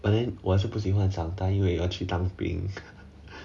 but then 我是不喜欢长大因为要去当兵